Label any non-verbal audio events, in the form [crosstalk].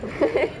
[laughs]